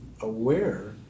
aware